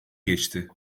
geçti